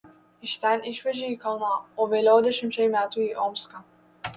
iš ten išvežė į kauną o vėliau dešimčiai metų į omską